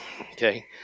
okay